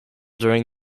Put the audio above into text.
during